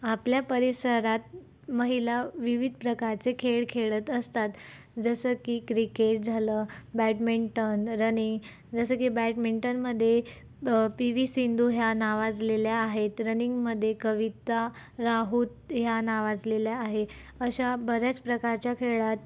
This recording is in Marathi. आपल्या परिसरात महिला विविध प्रकारचे खेळ खेळत असतात जसं की क्रिकेट झालं बॅडमिंटन रनिंग जसं की बॅडमिंटनमध्ये पी वी सिंधू ह्या नावाजलेल्या आहेत रनिंगमध्ये कविता राऊत ह्या नावाजलेल्या आहे अशा बऱ्याच प्रकारच्या खेळात